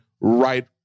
right